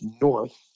North